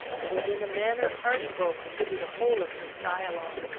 i was in a manner heart-broken through the whole of this dialogue.